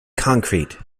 concrete